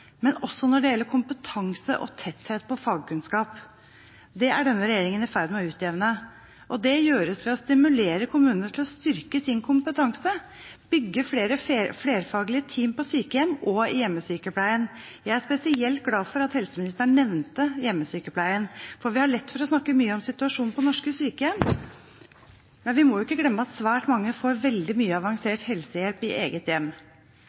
også når det gjelder kompetanse og tetthet på fagkunnskap. Det er denne regjeringen i ferd med å utjevne, og det gjøres ved å stimulere kommuner til å styrke sin kompetanse og bygge flere flerfaglige team på sykehjem og i hjemmesykepleien. Jeg er spesielt glad for at helseministeren nevnte hjemmesykepleien, for vi har lett for å snakke mye om situasjonen på norske sykehjem, men vi må ikke glemme at svært mange får veldig mye avansert helsehjelp i eget hjem.